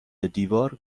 دیوار